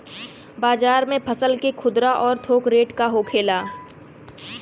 बाजार में फसल के खुदरा और थोक रेट का होखेला?